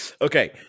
Okay